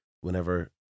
whenever